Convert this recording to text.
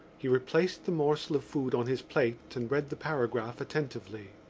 he replaced the morsel of food on his plate and read the paragraph attentively.